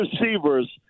receivers